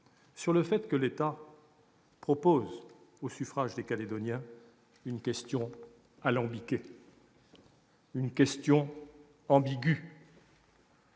: celle que l'État ne propose aux suffrages des Calédoniens une question alambiquée, une question ambiguë.